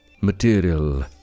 material